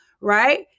right